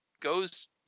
goes